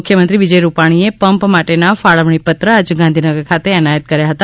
મુખ્યમંત્રી વિજય રૂપાણીએ પંપ માટેના ફાળવણીપત્ર આજે ગાંધીનગર ખાતે એનાયત કર્યા હતા